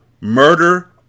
Murder